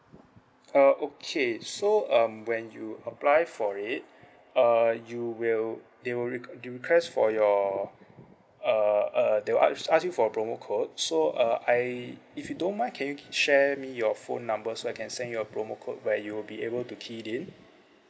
uh okay so um when you apply for it uh you will it will req~ request for your uh uh they will ask ask you for promo code so uh I if you don't mind can you share me your phone number so I can send your promo code where you will be able to key it in